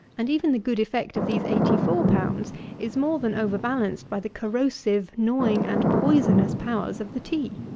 and even the good effect of these eighty four pounds is more than over-balanced by the corrosive, gnawing and poisonous powers of the tea.